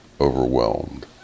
overwhelmed